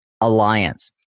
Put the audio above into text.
Alliance